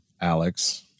Alex